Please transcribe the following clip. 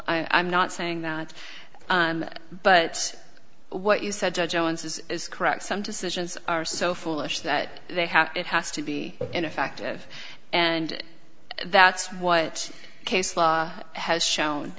role i'm not saying that but what you said judge jones is is correct some decisions are so foolish that they have it has to be ineffective and that's what case law has shown